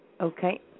Okay